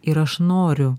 ir aš noriu